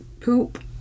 poop